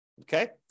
Okay